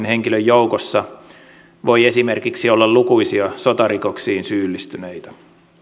henkilön joukossa voi esimerkiksi olla lukuisia sotarikoksiin syyllistyneitä